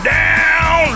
down